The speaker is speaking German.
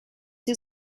sie